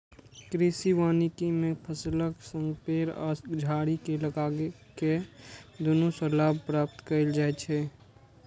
कृषि वानिकी मे फसलक संग पेड़ आ झाड़ी कें लगाके दुनू सं लाभ प्राप्त कैल जाइ छै